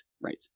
right